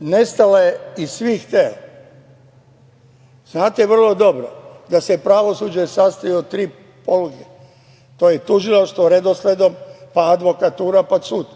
nestala je iz svih tela. Znate vrlo dobro da se pravosuđe sastoji od tri poluge. To je tužilaštvo, redosledom, pa advokatura, pa sud